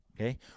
okay